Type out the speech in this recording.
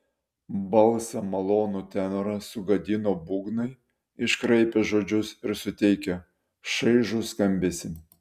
balsą malonų tenorą sugadino būgnai iškraipę žodžius ir suteikę šaižų skambesį